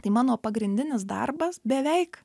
tai mano pagrindinis darbas beveik